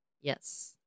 Yes